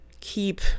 keep